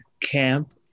camp